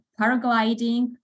paragliding